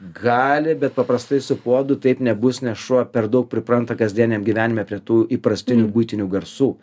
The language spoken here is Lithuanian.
gali bet paprastai su puodu taip nebus nes šuo per daug pripranta kasdieniam gyvenime prie tų įprastinių buitinių garsų